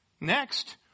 Next